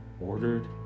ordered